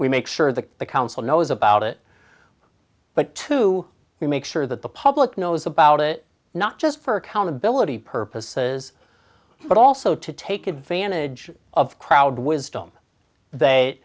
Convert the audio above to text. we make sure that the council knows about it but to make sure that the public knows about it not just for accountability purposes but also to take advantage of crowd wisdom they